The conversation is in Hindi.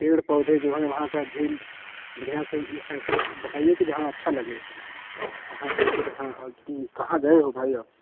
पेड़ पौधे जो है वहाँ का झील बढ़िया से ऐसा बताइए कि जहाँ अच्छा लगे जहाँ देखें कि हाँ आज तुम कहाँ गए हो भाई आप